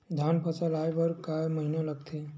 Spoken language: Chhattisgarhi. धान फसल आय बर कय महिना लगथे?